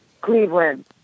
Cleveland